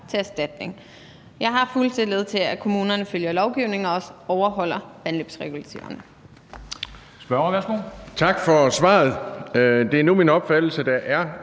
til erstatning. Jeg har fuld tillid til, at kommunerne følger lovgivningen og også overholder vandløbsregulativerne.